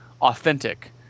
authentic